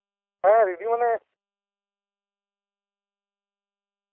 ᱦᱮᱸ ᱨᱮᱰᱤ ᱢᱟᱱᱮ